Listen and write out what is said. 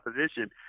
opposition